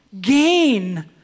gain